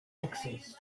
exist